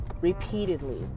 repeatedly